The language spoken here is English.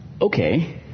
Okay